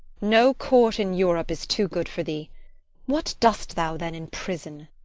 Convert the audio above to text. no court in europe is too good for thee what dost thou then in prison?